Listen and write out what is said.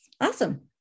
awesome